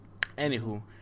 Anywho